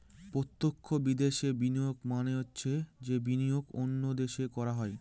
প্রত্যক্ষ বিদেশে বিনিয়োগ মানে হচ্ছে যে বিনিয়োগ অন্য দেশে করা হয়